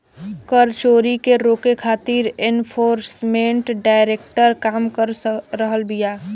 कर चोरी के रोके खातिर एनफोर्समेंट डायरेक्टरेट काम कर रहल बिया